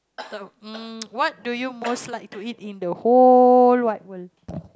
mm what do you most like to eat in the whole wide world